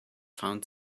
found